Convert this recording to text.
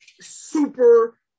super